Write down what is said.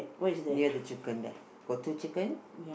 near the chicken there got two chicken